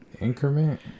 Increment